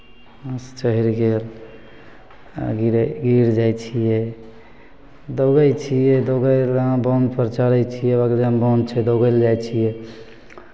नस चढ़ि गेल आ गिरै गिर जाइ छियै दौड़ै छियै दौड़य लए बाँधपर चढ़ै छियै बगलेमे बाँध दौड़य लए जाइ छियै